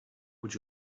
would